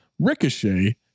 Ricochet